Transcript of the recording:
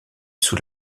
sous